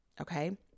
Okay